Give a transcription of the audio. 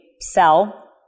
sell